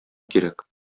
кирәк